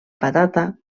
patata